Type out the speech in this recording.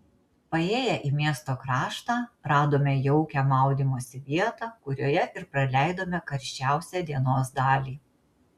paėję į miesto kraštą radome jaukią maudymosi vietą kurioje ir praleidome karščiausią dienos dalį